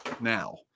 now